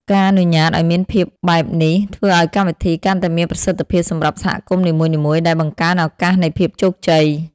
ការអនុញ្ញាតឱ្យមានភាពបែបនេះ ធ្វើឱ្យកម្មវិធីកាន់តែមានប្រសិទ្ធភាពសម្រាប់សហគមន៍នីមួយៗ ដែលបង្កើនឱកាសនៃភាពជោគជ័យ។